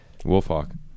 Wolfhawk